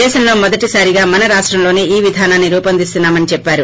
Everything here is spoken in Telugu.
దేశంలో మొదటిసారి మన రాష్టంలోనే ఈ విధానాన్ని రూపొందిస్తున్నామని చెప్పారు